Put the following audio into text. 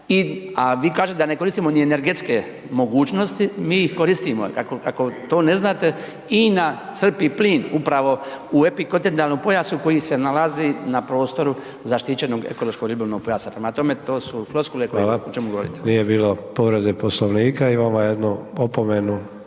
a vi kažete da ne koristimo energetske mogućnosti, mi ih koristim, ako to ne znate, INA crpi plin upravo u epikontinentalnom pojasu koji se nalazi na prostoru zaštićenog ekološkog pojasa, prema tome, to su floskule o čemu govorimo. **Sanader, Ante (HDZ)** Hvala. Nije bilo povrede Poslovnika, imamo jednu opomenu,